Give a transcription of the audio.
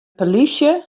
polysje